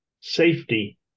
safety